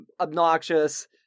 obnoxious